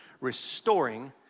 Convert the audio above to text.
restoring